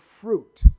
fruit